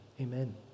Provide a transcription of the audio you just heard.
amen